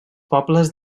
pobles